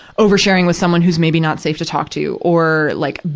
over-sharing with someone who's maybe not safe to talk to. or, like,